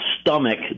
stomach